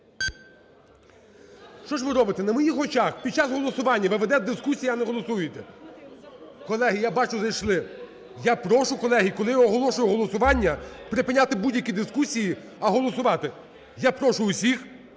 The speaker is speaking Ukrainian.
Що ж ви робите? На моїх очах під час голосування ви ведете дискусії, а не голосуєте. Колеги, я бачу зайшли. Я прошу, колеги, коли я оголошую голосування, припиняти будь-які дискусії, а голосувати. Я прошу усіх